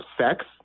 sex